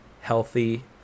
healthy